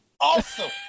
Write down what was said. Awesome